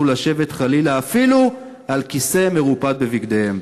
לשבת חלילה אפילו על כיסא מרופט בביתם.